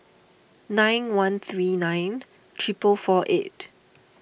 nine one three nine triple four eight